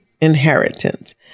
inheritance